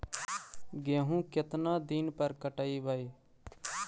गेहूं केतना दिन पर पटइबै?